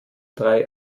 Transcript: drei